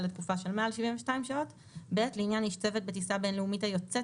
לתקופה של מעל 72 שעות; (ב) לעניין איש צוות בטיסה בין-לאומית היוצאת